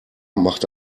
machte